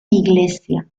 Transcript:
iglesia